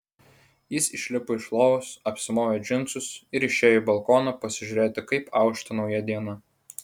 jis išlipo iš lovos apsimovė džinsus ir išėjo į balkoną pasižiūrėti kaip aušta nauja diena